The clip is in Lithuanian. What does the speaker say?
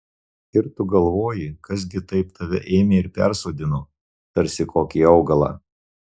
ir tu galvoji kas gi taip tave ėmė ir persodino tarsi kokį augalą